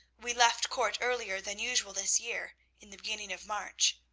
we left court earlier than usual this year in the beginning of march.